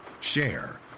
share